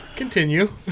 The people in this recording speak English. Continue